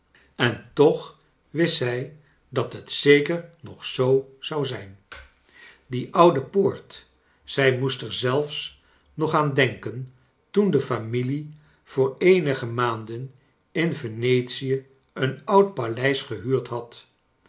en toch wist zij dat het zeker nog zoo zou zijn die oude poortj zij moest er zelfs nog aan denken toen de familie voor eenige maanden in venetie een oud paleis gehuurd had